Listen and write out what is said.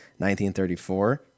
1934